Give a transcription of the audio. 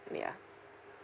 ya